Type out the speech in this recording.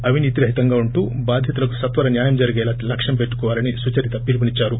అవినీతి రహితంగా ఉంటూ బాధితులకు సత్వర న్వాయం జరిగేలా లక్ష్యం పెట్టుకోవాలని సుచరిత పిలుపునిచ్చారు